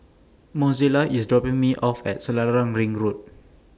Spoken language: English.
Mozella IS dropping Me off At Selarang Ring Road